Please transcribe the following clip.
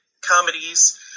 comedies